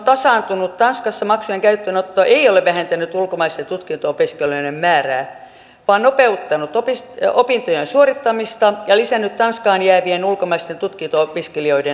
tanskassa maksujen käyttöönotto ei ole vähentänyt ulkomaisten tutkinto opiskelijoiden määrää vaan nopeuttanut opintojen suorittamista ja lisännyt tanskaan jäävien ulkomaisten tutkinto opiskelijoiden osuutta